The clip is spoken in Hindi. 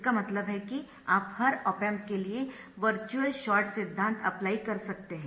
इसका मतलब है कि आप हर ऑप एम्प के लिए वर्चुअल शॉर्ट सिद्धांत अप्लाई कर सकते है